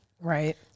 Right